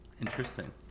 interesting